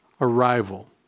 arrival